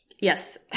Yes